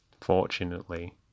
Fortunately